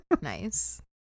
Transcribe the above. Nice